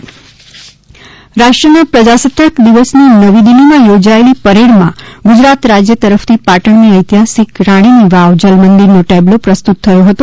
રાણીની વાવ રાષ્ટ્રના પ્રજાસત્તાક દિવસની નવી દિલ્હીમાં યોજાયેલી પરેડમાં ગુજરાત રાજ્ય તરફથી પાટણની ઐતિહાસિક રાણીની વાવ જલમંદિરનો ટેબ્લો પ્રસ્તુત થયો હતો